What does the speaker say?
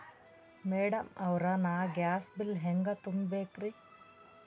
Madam ಅವ್ರ, ನಾ gas bill ಹೆಂಗ ತುಂಬಾ ಬೇಕ್ರಿ?